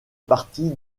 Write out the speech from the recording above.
partie